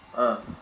ah